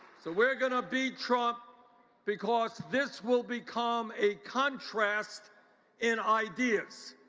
so we are going to be trump because this will become a contrast and ideas.